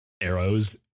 arrows